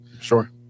Sure